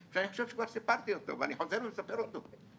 שאני חושב שכבר סיפרתי אותו ואני חוזר ומספר אותו.